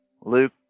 luke